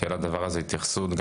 תהיה התייחסות לדבר הזה,